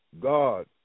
God